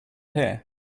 here